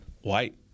White